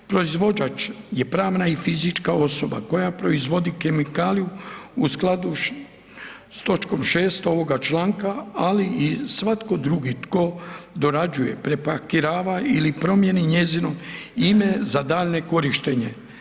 Proizvođač je pravna i fizička osoba koja proizvodi kemikaliju u skladu s točkom 6. ovoga članka, ali i svatko drugi tko dorađuje, prepakirava ili promijeni njezino ime za daljnje korištenje.